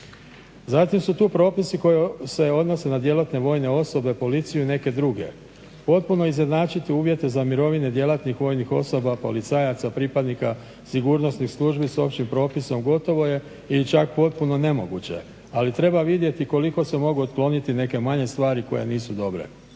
Zatim su tu propisi koji se odnose na djelatne vojne osobe, policiju i neke druge, potpuno izjednačiti uvjete za mirovine djelatnih vojnih osoba, policajaca, pripadnika sigurnosnih službi s općih propisom gotovo je ili čak potpuno nemoguće, ali treba vidjeti koliko se mogu otkloniti neke manje stvari koje nisu dobre.